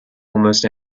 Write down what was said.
almost